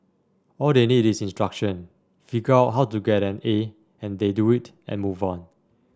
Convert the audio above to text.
all they need is instruction figure out how to get an A and they do it and move on